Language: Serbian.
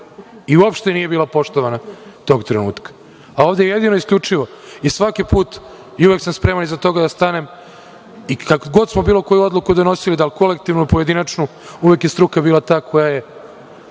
I uopšte nije bila poštovana tog trenutka. Ovde je jedino isključivo i svaki put i uvek sam spreman iza toga da stanem i kad god smo bilo koju odluku donosili, da li kolektivnu, pojedinačnu, uvek je struka bila ta koja je